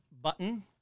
button